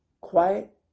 Quiet